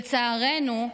לצערנו,